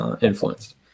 influenced